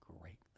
greatly